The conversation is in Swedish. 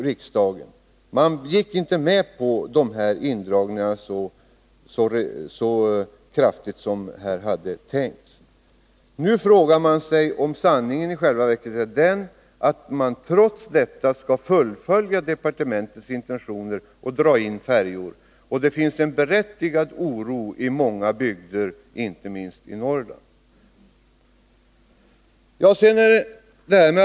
Riksdagen gick inte med på så kraftiga indragningar. Nu är frågan om sanningen i själva verket är den att man trots detta skall fullfölja departementets intentioner och dra in färjor. Det finns en berättigad oro för det i många bygder, inte minst i Norrland.